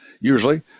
usually